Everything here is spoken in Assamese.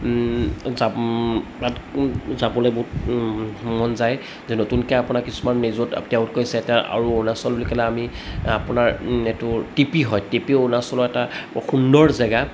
যাবলে বহুত মন যায় যে নতুনকৈ আপোনাৰ কিছুমান নিজৰ এতিয়া আৰু অৰুণাচল বুলি ক'লে আমি আপোনাৰ এইটো টিপি হয় টিপি অৰুণাচলৰ এটা সুন্দৰ জেগা